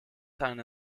ten